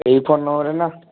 ଏଇ ଫୋନ ନମ୍ବରରେ ନା